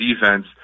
defense